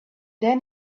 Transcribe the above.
then